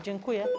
Dziękuję.